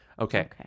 Okay